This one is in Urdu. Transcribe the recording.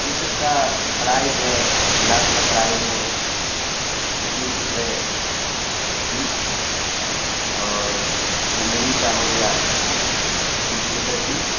یہ سب کا پرائز ہے گلاب کا پرائز ہے پچیس روپئے پیس اور چمیلی کا ہو گیا بیس روپئے پیس